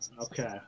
Okay